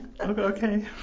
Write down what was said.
okay